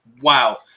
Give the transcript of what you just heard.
wow